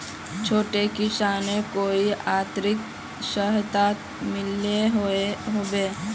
छोटो किसानोक कोई आर्थिक सहायता मिलोहो होबे?